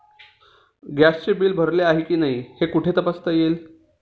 गॅसचे बिल भरले आहे की नाही हे कुठे तपासता येईल?